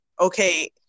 okay